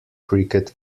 cricket